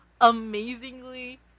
amazingly